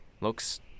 Looks